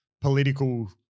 political